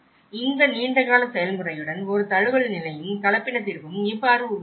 இந்த நீண்டகால செயல்முறையுடன் ஒரு தழுவல் நிலையும கலப்பின தீர்வும் இவ்வாறு உருவாக்கப்பட்டது